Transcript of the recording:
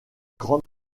grande